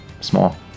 small